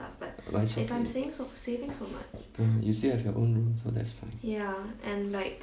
but it's okay um you still have your own room so that's fine